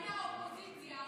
הינה האופוזיציה.